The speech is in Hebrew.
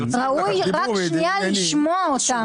ראוי רק שנייה לשמוע אותם.